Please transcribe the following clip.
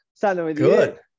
Good